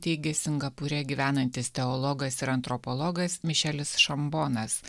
teigia singapūre gyvenantis teologas ir antropologas mišelis šambonas